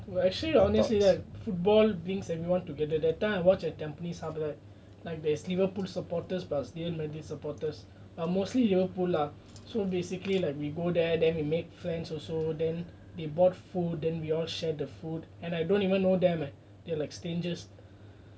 well actually honestly right football brings everyone together that time I watch at tampines hub that like there's liverpool supporters plus real madrid supporters are mostly liverpool lah so basically like we go there then we make friends also then they brought food then we all share the food and I don't even know them they like strangers